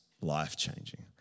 life-changing